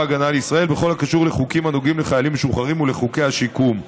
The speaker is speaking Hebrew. הגנה לישראל בכל הקשור לחוקים הנוגעים לחיילים משוחררים ולחוקי השיקום.